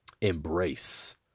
embrace